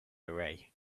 array